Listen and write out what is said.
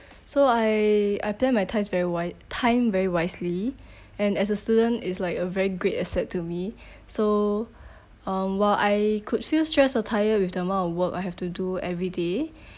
so I I planned my times very wi~ time very wisely and as a student it's like a very great asset to me so um while I could feel stress or tired with the amount of work I have to do every day